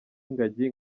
ingagi